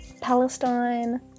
Palestine